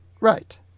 Right